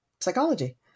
psychology